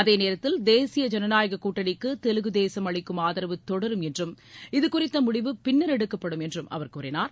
அதே நேரத்தில் தேசிய ஜனநாயக கூட்டணிக்கு தெலுகு தேசம் அளிக்கும் ஆதரவு தொடரும் என்றும் இதுகுறித்த முடிவு பின்னர் எடுக்கப்படும் என்றும் அவர் கூறினார்